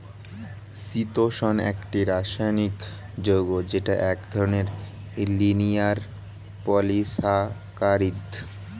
চিতোষণ একটি রাসায়নিক যৌগ যেটা এক ধরনের লিনিয়ার পলিসাকারীদ